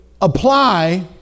apply